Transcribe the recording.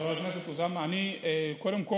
חבר הכנסת אוסאמה,